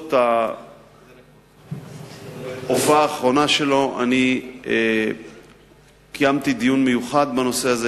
בעקבות ההופעה האחרונה שלו אני קיימתי דיון מיוחד בנושא הזה,